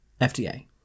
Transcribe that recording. FDA